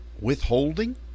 withholding